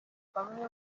bamwe